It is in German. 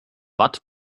watt